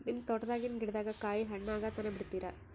ನಿಮ್ಮ ತೋಟದಾಗಿನ್ ಗಿಡದಾಗ ಕಾಯಿ ಹಣ್ಣಾಗ ತನಾ ಬಿಡತೀರ?